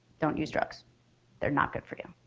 don't use drugs they're not good for you.